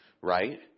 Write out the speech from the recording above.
right